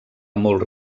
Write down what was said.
molts